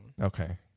Okay